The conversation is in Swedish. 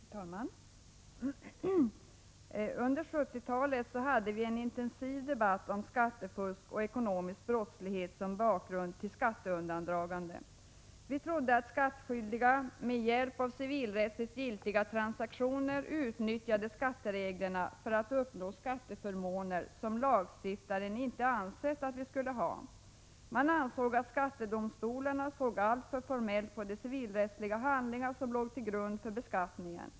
Herr talman! Under 1970-talet hade vi en intensiv debatt om skattefusk och ekonomisk brottslighet som bakgrund till skatteundandraganden. Vi trodde att skattskyldiga med hjälp av civilrättsligt giltiga transaktioner utnyttjade skattereglerna för att uppnå skatteförmåner som lagstiftaren inte ansett att vi skulle ha. Man ansåg att skattedomstolarna såg alltför formellt på de civilrättsliga handlingar som låg till grund för beskattningen.